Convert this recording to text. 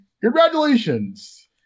congratulations